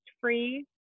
free